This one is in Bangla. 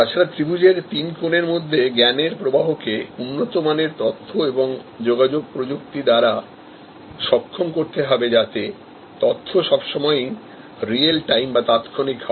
তাছাড়া ত্রিভুজের তিন কোণের মধ্যে জ্ঞানের প্রবাহকে উন্নত মানের তথ্য এবং যোগাযোগ প্রযুক্তি দ্বারা সক্ষম করতে হবে যাতে তথ্য সবসময়ই রিয়েল টাইম বা তাৎক্ষণিক হয়